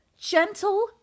gentle